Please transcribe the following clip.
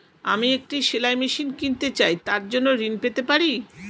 আমি একটি সেলাই মেশিন কিনতে চাই তার জন্য ঋণ পেতে পারি?